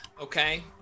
okay